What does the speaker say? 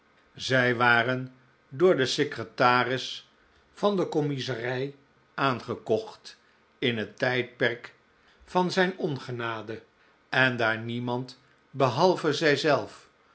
zij waren door den secretaris van de kommiezerij aangekocht in het tijdperk van zijn ongenade en daar niemand behalve zijzelf